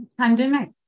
Pandemic